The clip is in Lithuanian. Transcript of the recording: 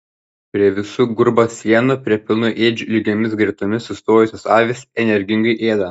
prie visų gurbo sienų prie pilnų ėdžių lygiomis gretomis sustojusios avys energingai ėda